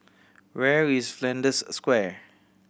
where is Flanders Square